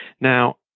Now